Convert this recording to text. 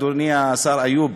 אדוני השר איוב,